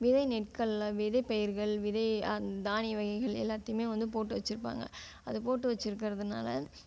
விதை நெற்களை விதைப்பயிர்கள் விதை தானிய வகைகள் எல்லாத்தையும் வந்து போட்டு வச்சுருப்பாங்க அது போட்டு வச்சுருக்கறதானால